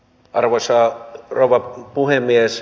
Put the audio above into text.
arvoisa rouva puhemies